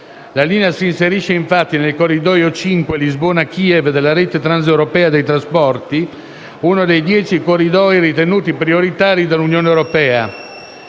La linea si inserisce infatti nel Corridoio 5 Lisbona-Kiev della Rete transeuropea dei trasporti, uno dei dieci corridoi ritenuti prioritari dall'Unione europea.